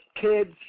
kids